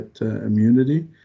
immunity